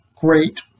great